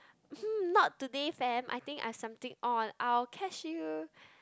mm not today fam I think I've something on I will catch you